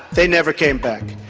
they never came back.